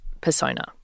persona